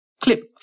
Clip